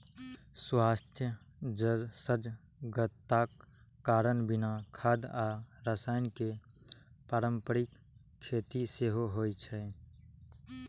स्वास्थ्य सजगताक कारण बिना खाद आ रसायन के पारंपरिक खेती सेहो होइ छै